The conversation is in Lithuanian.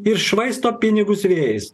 ir švaisto pinigus vėjais